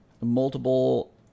Multiple